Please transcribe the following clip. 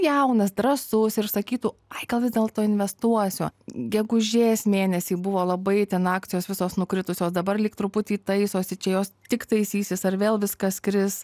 jaunas drąsus ir sakytų ai gal vis dėlto investuosiu gegužės mėnesį buvo labai ten akcijos visos nukritusios dabar lyg truputį taisosi čia jos tik taisysis ar vėl viskas kris